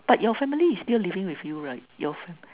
but your family is still living with you right your family